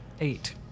Eight